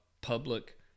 public